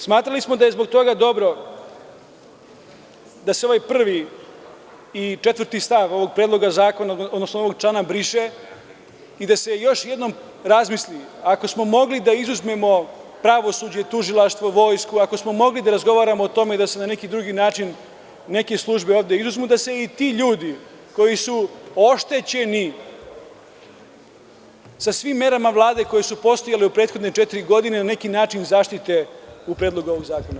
Smatrali smo da je zbog toga dobro da se ovaj 1. i 4. stav Predloga zakona, odnosno ovog člana, briše i da se još jednom razmisli, ako smo mogli da izuzmemo pravosuđe, tužilaštvo, vojsku, ako smo mogli da razgovaramo o tome da se na neki drugi način neke službe ovde izuzmu, da se i ti ljudi koji su oštećeni sa svim merama Vlade koje su postojale u prethodne četiri godine na neki način zaštite u Predlogu ovog zakona.